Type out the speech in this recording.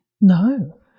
No